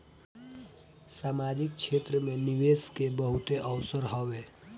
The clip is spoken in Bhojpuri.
सामाजिक क्षेत्र में निवेश के बहुते अवसर हवे